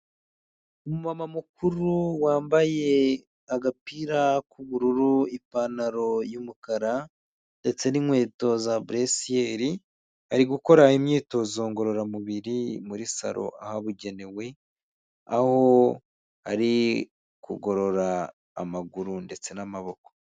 Umumama mukuru wambaye agapira k'ubururu, ipantaro y'umukara ndetse n'inkweto za buresiyeri ari gukora imyitozo ngororamubiri muri salo ahabugenewe aho ari kugorora amaguru ndetse n'amaboko.